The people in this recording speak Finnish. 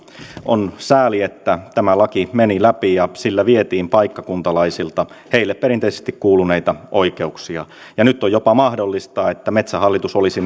on sääli että tämä laki meni läpi ja sillä vietiin paikkakuntalaisilta heille perinteisesti kuuluneita oikeuksia nyt on jopa mahdollista että metsähallitus olisi